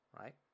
right